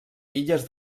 illes